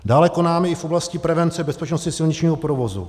Dále konáme i v oblasti prevence bezpečnosti silničního provozu.